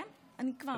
כבר.